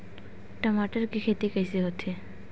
टमाटर के खेती कइसे होथे?